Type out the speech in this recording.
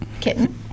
kitten